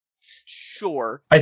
sure